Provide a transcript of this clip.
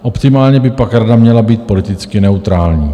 Optimálně by pak rada měla být politicky neutrální.